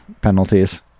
penalties